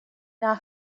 now